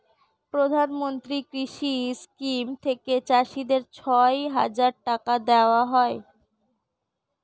প্রধানমন্ত্রী কৃষি স্কিম থেকে চাষীদের ছয় হাজার টাকা দেওয়া হয়